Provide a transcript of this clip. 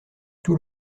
tout